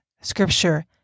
Scripture